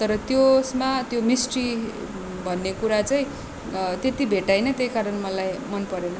तर त्यसमा त्यो मिस्ट्री भन्ने कुरा चाहिँ त्यति भेट्टाइनँ त्यही कारण मलाई मन परेन